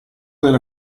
della